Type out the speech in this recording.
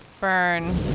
Burn